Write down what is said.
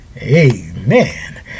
Amen